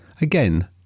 again